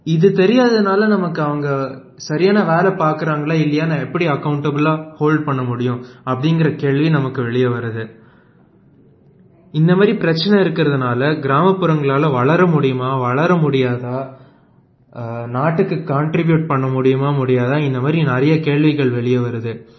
இது தெரியாததுனால நமக்கு அவங்க சரியான வேலை பார்க்கறாங்களா இல்லையான்னு எப்படி அக்கௌண்ட்டபிளாக ஹோல்ட் பண்ண முடியும் அப்படிங்கிற கேள்வியை நமக்கு வெளியே வருது இந்த மாதிரி பிரச்சனை இருக்கறதுனால கிராமப்புறங்களால் வளர முடியுமா வளர முடியாதா நாட்டுக்கு காண்ட்ரிப்யூட் பண்ண முடியுமா முடியாதா இந்த மாதிரி நிறைய கேள்விகள் வெளியே வருது